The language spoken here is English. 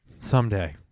Someday